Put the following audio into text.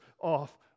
off